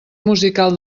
musical